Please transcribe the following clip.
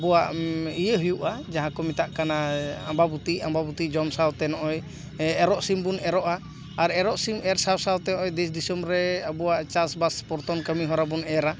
ᱟᱵᱳᱣᱟᱜ ᱤᱭᱟᱹ ᱦᱩᱭᱩᱜᱼᱟ ᱡᱟᱦᱟᱸ ᱠᱚ ᱢᱮᱛᱟᱜ ᱠᱟᱱᱟ ᱟᱢᱵᱟᱵᱩᱛᱤ ᱟᱢᱵᱟᱵᱩᱛᱤ ᱡᱚᱢ ᱥᱟᱶᱛᱮ ᱱᱚᱜᱼᱚᱭ ᱮᱨᱚᱜ ᱥᱤᱢ ᱵᱚᱱ ᱮᱨᱚᱜᱼᱟ ᱟᱨ ᱮᱨᱚᱜ ᱥᱤᱢ ᱮᱨ ᱥᱟᱶ ᱥᱟᱶᱛᱮ ᱱᱚᱜᱼᱚᱭ ᱫᱮᱥ ᱫᱤᱥᱚᱢ ᱨᱮ ᱟᱵᱚᱣᱟᱜ ᱪᱟᱥ ᱵᱟᱥ ᱯᱚᱨᱛᱚᱱ ᱠᱟᱹᱢᱤ ᱦᱚᱨᱟ ᱵᱚᱱ ᱮᱨᱟ